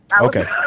Okay